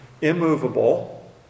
immovable